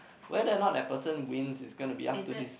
whether or not that person wins is gonna to be up to his